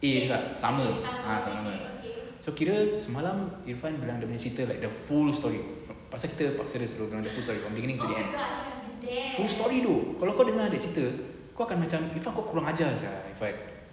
a juga sama ah sama so kira semalam irfan bilang dia nya cerita like the full story pasal kita from the beginning to the end full story dok kalau kau bilang ada cerita kau akan macam irfan kau kurang ajar sia irfan